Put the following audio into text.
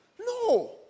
no